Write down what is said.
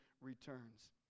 returns